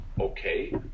Okay